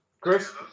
Chris